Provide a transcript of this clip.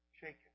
shaken